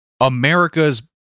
America's